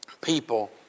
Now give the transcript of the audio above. people